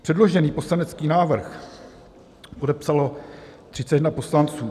Předložený poslanecký návrh podepsalo 31 poslanců.